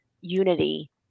unity